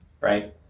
Right